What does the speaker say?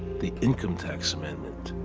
the income tax ammendment,